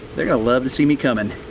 they're gonna love to see me comin'.